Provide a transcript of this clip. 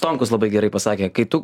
stonkus labai gerai pasakė kai tu